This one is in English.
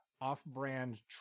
off-brand